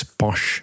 posh